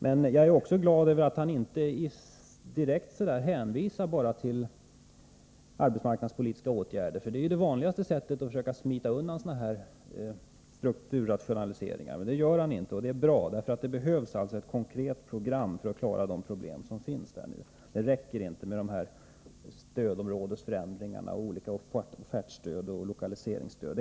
Men jag är glad över att industriministern inte bara hänvisar till arbetsmarknadspolitiska åtgärder. Det är ju det vanligaste sättet att försöka smita undan frågor som rör strukturrationaliseringar. Industriministern gjorde inte det, och det är bra. Det behövs nämligen ett konkret program för att klara de problem som finns. Det räcker inte med stödområdesförändringar, olika offertstöd och lokaliseringsstöd.